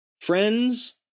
Friends